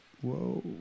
whoa